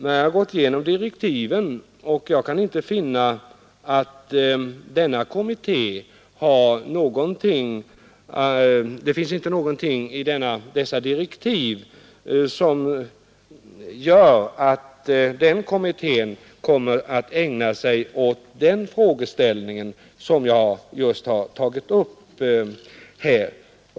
Jag har gått igenom direktiven, och jag kan inte se att det finns någonting i dem som tyder på att kommittén kommer att ägna sig åt den frågeställning jag har tagit upp här.